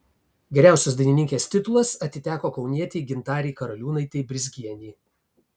geriausios dainininkės titulas atiteko kaunietei gintarei karaliūnaitei brizgienei